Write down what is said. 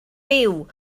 byw